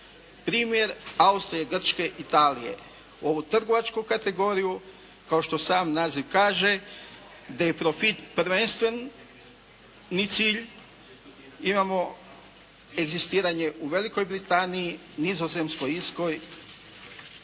Primjer Austrije, Grčke i Italije. U trgovačku kategoriju kao što i sam naziv kaže gdje je profit prvenstveni cilj imamo egzistiranje u Velikoj Britaniji, Nizozemskoj, Irskoj